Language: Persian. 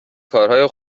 کارهای